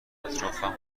اطرافم